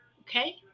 Okay